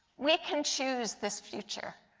we can choose this future.